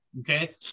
okay